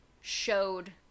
showed